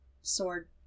sword